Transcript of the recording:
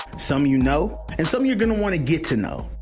some you know, and some you're gonna wanna get to know.